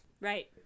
right